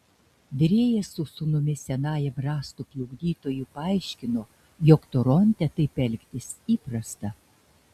virėjas su sūnumi senajam rąstų plukdytojui paaiškino jog toronte taip elgtis įprasta